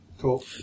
Cool